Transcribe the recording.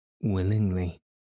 Willingly